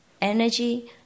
energy